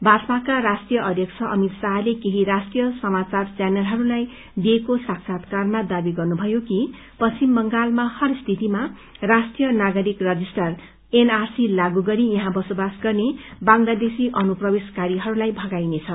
भाजपाका राष्ट्रीय अध्यक्ष अमित शाहले केही राष्ट्रीय समाचार च्यानलहरूलाई दिइएको साक्षात्कारमा दावी गर्नुभयो कि पश्चिम बंगालमा हर स्थितिमा राष्ट्रीय नागरिक रजिस्टर एनआरसी लागू गरी यहाँ बसोबास गर्ने बांगलादेशी अनुप्रवेशकारीहरूलाई भगाइनेछ